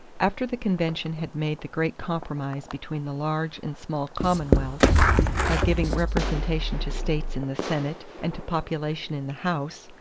after the convention had made the great compromise between the large and small commonwealths by giving representation to states in the senate and to population in the house,